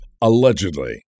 Allegedly